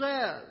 says